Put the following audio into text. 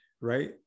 Right